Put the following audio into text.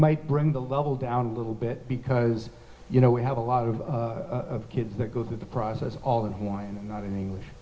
might bring the level down a little bit because you know we have a lot of kids that go through the process all in one and not in english